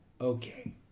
Okay